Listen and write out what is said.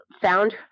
found